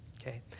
okay